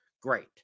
Great